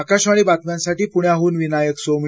आकाशवाणी बातम्यांसाठी पुण्याहन विनायक सोमणी